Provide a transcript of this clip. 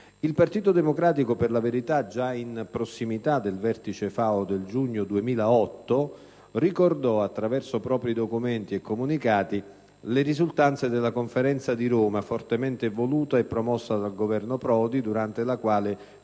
Il Partito Democratico, per la verità, già in prossimità del Vertice FAO del giugno 2008 ricordò, attraverso propri documenti e comunicati, le risultanze della Conferenza di Roma, fortemente voluta e promossa dal governo Prodi, durante la quale fu